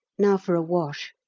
now for a wash.